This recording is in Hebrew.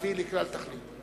להביא לכלל תכלית.